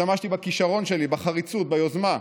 השתמשתי בכישרון שלי, בחריצות, ביוזמה.